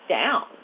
down